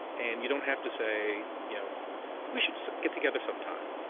and you don't have to say, you know we should get together sometime.